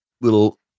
little